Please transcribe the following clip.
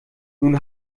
nun